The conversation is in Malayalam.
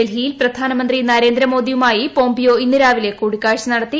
ഡൽഹിയിൽ പ്രധാനമന്ത്രി നരേന്ദ്രമോദിയുമായി പോംപിയോ ഇന്ന് രാവിലെ കൂടിക്കാഴ്ച നടത്തി